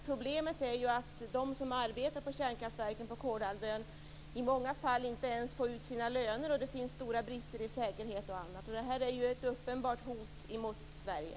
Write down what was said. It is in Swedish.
Problemet är ju att de som arbetar i kärnkraftverken på Kolahalvön i många fall inte ens får ut sina löner. Det finns stora brister i säkerhet och annat. Det här är ju ett uppenbart hot mot Sverige.